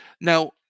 Now